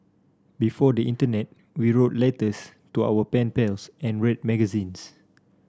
before the internet we wrote letters to our pen pals and read magazines